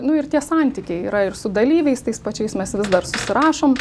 nu ir tie santykiai yra ir su dalyviais tais pačiais mes vis dar susirašom